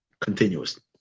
continuously